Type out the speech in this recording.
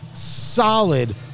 solid